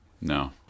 no